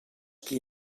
qui